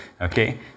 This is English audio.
okay